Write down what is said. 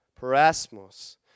Parasmos